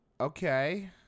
Okay